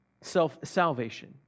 self-salvation